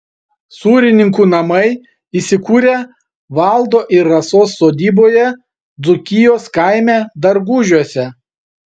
sūrininkų namai įsikūrę valdo ir rasos sodyboje dzūkijos kaime dargužiuose